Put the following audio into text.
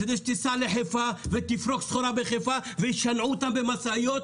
כדי שתיסע לחיפה ותפרוק סחורה בחיפה וישנעו אותם במשאיות